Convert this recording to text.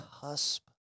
cusp